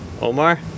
Omar